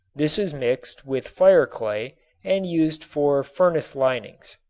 this is mixed with fireclay and used for furnace linings.